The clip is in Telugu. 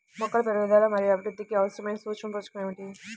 మొక్కల పెరుగుదల మరియు అభివృద్ధికి అవసరమైన సూక్ష్మ పోషకం ఏమిటి?